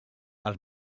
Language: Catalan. els